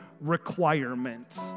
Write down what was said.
requirement